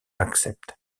accepte